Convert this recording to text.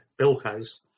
Bilko's